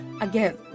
Again